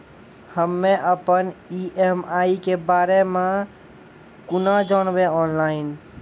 हम्मे अपन ई.एम.आई के बारे मे कूना जानबै, ऑनलाइन?